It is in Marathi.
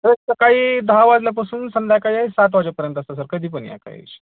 सकाळी दहा वाजल्यापासून संध्याकाळी सात वाजेपर्यंत असतं सर कधी पण या काही